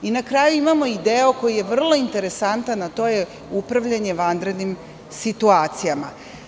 Na kraju, imamo deo koji je vrlo interesantan, a to je upravljanje vanrednim situacijama.